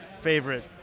favorite